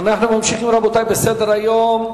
אנו ממשיכים, רבותי, בסדר-היום.